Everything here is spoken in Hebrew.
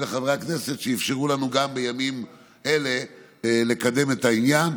ולחברי הכנסת שאפשרו לנו גם בימים אלה לקדם את העניין.